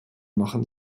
machen